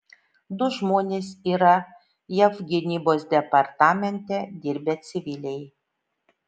du žmonės yra jav gynybos departamente dirbę civiliai